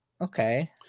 Okay